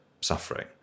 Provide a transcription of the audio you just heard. suffering